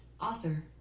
author